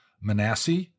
Manasseh